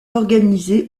organisé